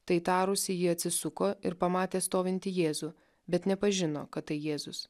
tai tarusi ji atsisuko ir pamatė stovintį jėzų bet nepažino kad tai jėzus